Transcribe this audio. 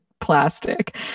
plastic